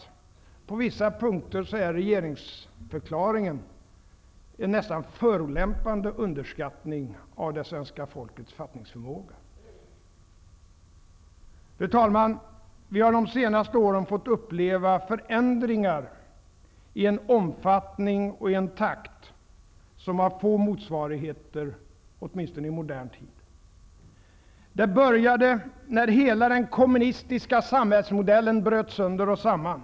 Jag upplever det som att regeringsförklaringen på vissa punkter är en förolämpande underskattning av det svenska folkets fattningsförmåga. Fru talman! Vi har under de senaste åren fått uppleva förändringar i en omfattning och i en takt med få motsvarigheter, åtminstone i modern tid. Det började när hela den kommunistiska samhällsmodellen bröt sönder och samman.